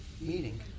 meeting